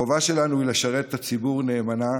החובה שלנו היא לשרת את הציבור נאמנה,